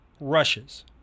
rushes